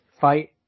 fight